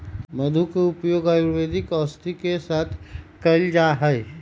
मधु के उपयोग आयुर्वेदिक औषधि के साथ कइल जाहई